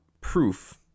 proof